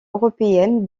européenne